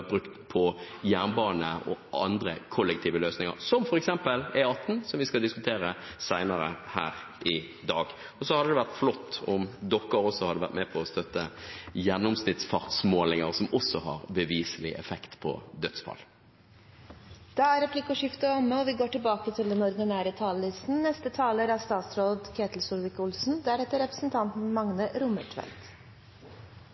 brukt på jernbane og andre kollektive løsninger, som f.eks. på E18, som vi skal diskutere senere her i dag. Og så hadde det vært flott om man også hadde vært med på å støtte gjennomsnittsfartsmålinger, som også har beviselig effekt på antall dødsfall. Replikkordskiftet er omme. Dette er en god dag. Vi